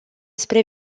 spre